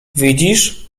widzisz